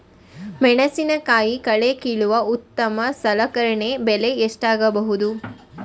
ಮೆಣಸಿನಕಾಯಿ ಕಳೆ ಕೀಳಲು ಉತ್ತಮ ಸಲಕರಣೆ ಬೆಲೆ ಎಷ್ಟಾಗಬಹುದು?